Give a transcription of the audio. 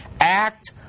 act